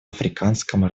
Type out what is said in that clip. африканском